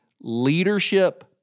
leadership